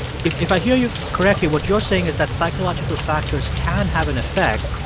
if if i hear you correctly, what you're saying is that psychological factors can have an effect,